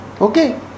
Okay